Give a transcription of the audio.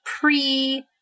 pre